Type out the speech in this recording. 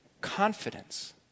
confidence